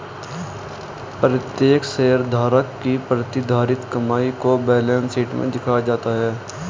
प्रत्येक शेयरधारक की प्रतिधारित कमाई को बैलेंस शीट में दिखाया जाता है